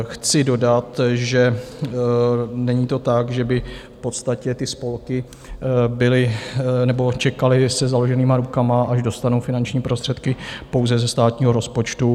Chci dodat, že není to tak, že by v podstatě ty spolky čekaly se založenýma rukama, až dostanou finanční prostředky pouze ze státního rozpočtu.